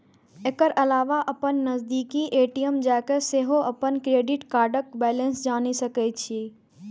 एकर अलावा अपन नजदीकी ए.टी.एम जाके सेहो अपन क्रेडिट कार्डक बैलेंस जानि सकै छी